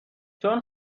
چون